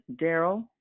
daryl